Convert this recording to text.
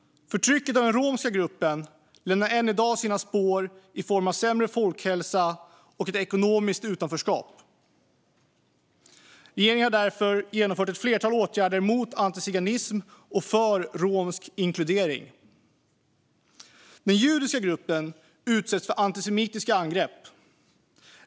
Förtrycket av den romska gruppen lämnar än i dag sina spår i form av sämre folkhälsa och ett ekonomiskt utanförskap. Regeringen har därför genomfört ett flertal åtgärder mot antiziganism och för romsk inkludering. Den judiska gruppen utsätts för antisemitiska angrepp.